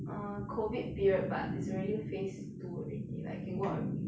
err COVID period but is already phase two already like can go out already